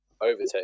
Overtake